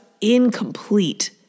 incomplete